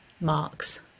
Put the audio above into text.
marks